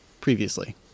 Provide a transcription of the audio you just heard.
previously